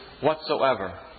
whatsoever